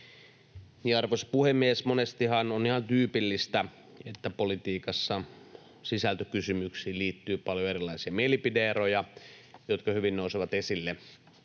Arvoisa puhemies! Monestihan on ihan tyypillistä, että politiikassa sisältökysymyksiin liittyy paljon erilaisia mielipide-eroja, jotka hyvin nousevat esille